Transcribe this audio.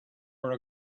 are